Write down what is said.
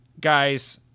guys